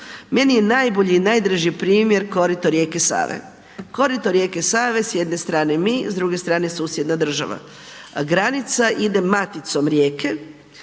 Meni je najbolji i najdraži primjer korito rijeke Save. Korito rijeke Save, s jedne strane mi, s druge strane susjedna država. Granica ide maticom rijeke